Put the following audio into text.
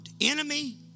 Enemy